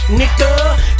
nigga